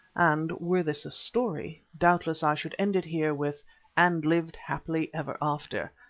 and, were this a story, doubtless i should end it here with and lived happily ever after.